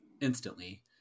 instantly